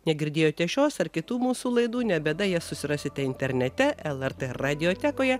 negirdėjote šios ar kitų mūsų laidų ne bėda jas susirasite internete lrt radiotekoje